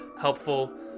helpful